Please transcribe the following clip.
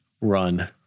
Run